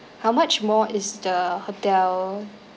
how much more is the hotel